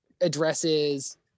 addresses